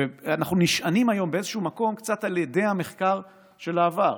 ואנחנו נשענים היום באיזה מקום קצת על אדי המחקר של העבר.